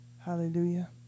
Hallelujah